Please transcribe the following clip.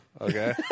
okay